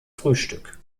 frühstück